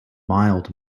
mild